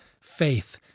faith